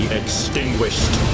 extinguished